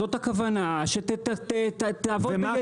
זאת הכוונה שתעבוד ביעילות.